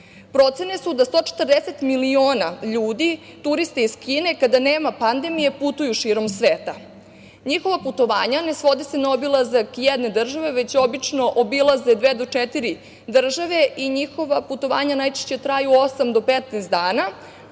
Procene su da 140 miliona ljudi, turisti iz Kine kada nema pandemije putuju širom sveta. Njihova putovanja ne svode se na obilazak jedne države, već obično obilaze dve do četiri države i njihova putovanja najčešće traju osam do 15 dana.